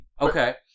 Okay